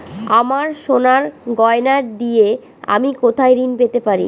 আমার সোনার গয়নার দিয়ে আমি কোথায় ঋণ পেতে পারি?